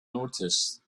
noticed